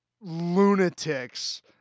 lunatics